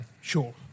Sure